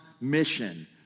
mission